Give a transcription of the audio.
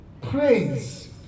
Praise